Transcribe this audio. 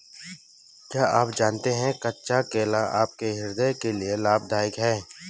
क्या आप जानते है कच्चा केला आपके हृदय के लिए लाभदायक है?